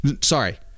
sorry